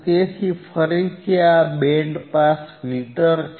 તેથી ફરીથી આ બેન્ડ પાસ ફિલ્ટર છે